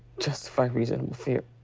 justify reasonable fear.